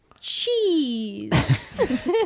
cheese